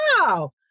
wow